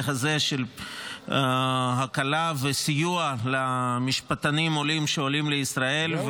הזה של הקלה וסיוע למשפטנים עולים שעולים לישראל,